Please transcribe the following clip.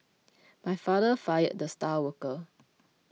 my father fired the star worker